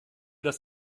das